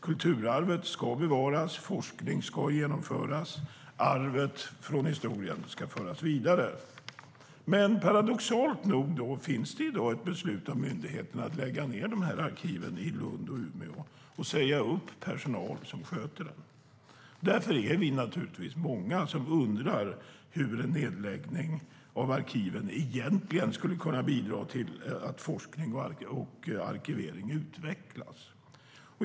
Kulturarvet ska bevaras, forskning ska bedrivas och arvet från historien ska föras vidare. Men paradoxalt nog finns det i dag ett beslut av myndigheten att lägga ned arkiven i Lund och Umeå och säga upp personal som sköter dem. Därför är vi många som naturligtvis undrar hur en nedläggning av arkiven egentligen skulle kunna bidra till att forskning och arkivering utvecklas.